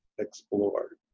explored